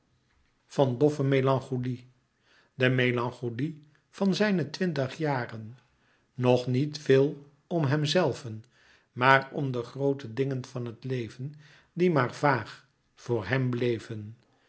van doffe melancholie de melancholie van zijne twintig jaren nog niet veel om hemzelven maar om de groote dingen van het leven die maar vaag voor hem bleven